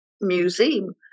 Museum